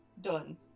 done